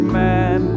man